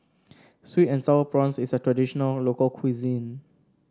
sweet and sour prawns is a traditional local cuisine